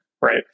Right